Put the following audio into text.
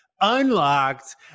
unlocked